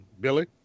Billy